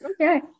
Okay